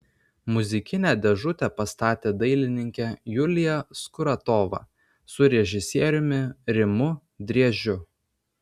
muzikinę dėžutę pastatė dailininkė julija skuratova su režisieriumi rimu driežiu